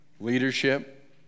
leadership